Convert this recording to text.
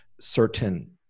certain